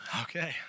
Okay